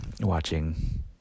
watching